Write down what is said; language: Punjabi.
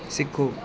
ਸਿੱਖੋ